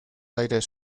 aires